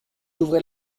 ouvrez